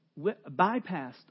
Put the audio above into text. bypassed